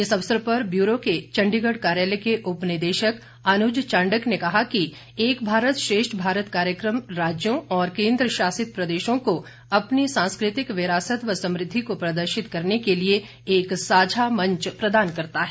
इस अवसर पर ब्यूरो के चण्डीगढ़ कार्यालय के उपनिदेशक अनुज चांडक ने कहा कि एक भारत श्रेष्ठ भारत कार्यक्रम राज्यों और केन्द्र शासित प्रदेशों को अपनी सांस्कृतिक विरासत व समृद्धि को प्रदर्शित करने के लिए एक साझा मंच प्रदान करता है